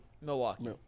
Milwaukee